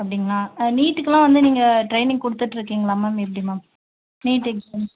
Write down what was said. அப்படிங்களா நீட்டுக்கலாம் வந்து நீங்கள் ட்ரெயினிங் கொடுத்துட்ருக்கீங்களா மேம் எப்படி மேம் நீட் எக்ஸாம்ஸ்